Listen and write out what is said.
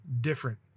different